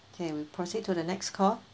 can we proceed to the next call